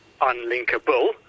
unlinkable